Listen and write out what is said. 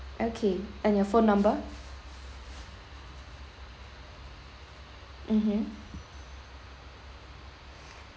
okay and your phone number mmhmm